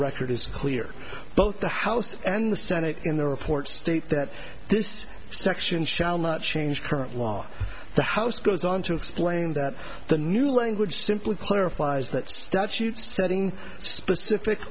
record is clear both the house and the senate in the report states that this section shall not change current law the house goes on to explain that the new language simply clarifies that statutes setting specific